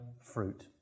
fruit